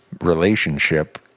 relationship